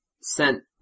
sent